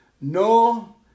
No